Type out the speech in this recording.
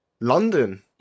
London